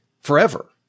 forever